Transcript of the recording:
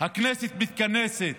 הכנסת מתכנסת,